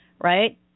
right